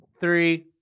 three